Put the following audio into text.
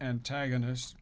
antagonist